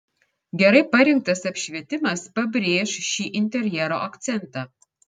gerai parinktas apšvietimas pabrėš šį interjero akcentą